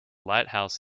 lighthouse